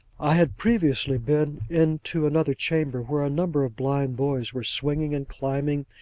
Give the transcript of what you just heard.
i had previously been into another chamber, where a number of blind boys were swinging, and climbing,